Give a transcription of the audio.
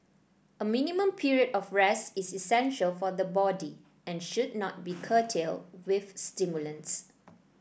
a minimum period of rest is essential for the body and should not be curtailed with stimulants